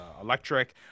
electric